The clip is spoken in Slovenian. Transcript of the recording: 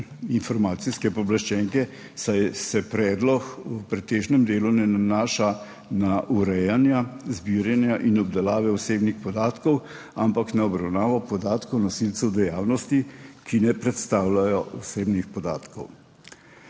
informacijske pooblaščenke, saj se predlog v pretežnem delu ne nanaša na urejanje zbiranja in obdelave osebnih podatkov, ampak na obravnavo podatkov nosilcev dejavnosti, ki ne predstavljajo osebnih podatkov.